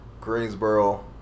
Greensboro